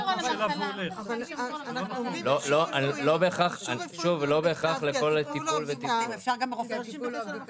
אנחנו מדברים על המעקב ועל הבדיקות שאמורים להיות חלק